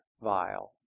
vial